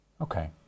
Okay